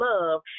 love